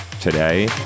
today